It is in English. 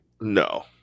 No